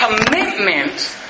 Commitment